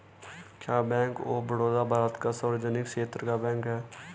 क्या bank of Baroda Bharat का सार्वजनिक क्षेत्र का बैंक है?